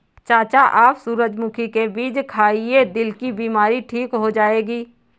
चाचा आप सूरजमुखी के बीज खाइए, दिल की बीमारी ठीक हो जाएगी